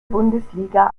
bundesliga